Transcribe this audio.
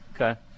Okay